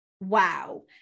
Wow